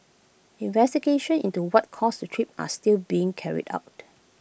investigations into what caused the trip are still being carried out